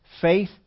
faith